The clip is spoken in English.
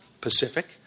pacific